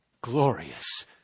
glorious